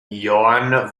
johann